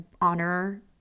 honor